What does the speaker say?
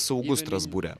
saugu strasbūre